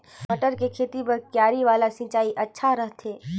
मटर के खेती बर क्यारी वाला सिंचाई अच्छा रथे?